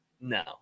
no